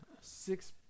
Six